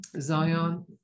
Zion